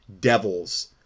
devils